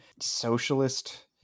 socialist